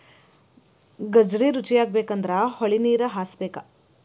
ಗಜ್ರಿ ರುಚಿಯಾಗಬೇಕಂದ್ರ ಹೊಳಿನೇರ ಹಾಸಬೇಕ